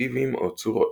מוטיבים או צורות.